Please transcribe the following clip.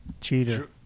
Cheater